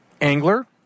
angler